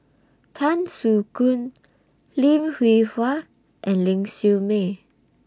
Tan Soo Khoon Lim Hwee Hua and Ling Siew May